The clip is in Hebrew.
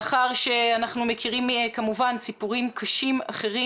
אנחנו מכירים כמובן סיפורים קשים אחרים.